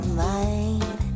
mind